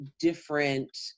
different